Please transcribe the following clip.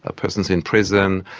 ah persons in prison.